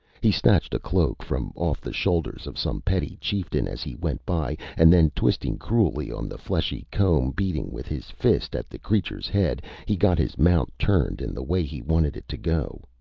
he snatched a cloak from off the shoulders of some petty chieftain as he went by, and then, twisting cruelly on the fleshy comb, beating with his fist at the creature's head, he got his mount turned in the way he wanted it to go,